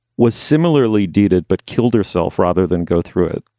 was similarly dated, but killed herself rather than go through it.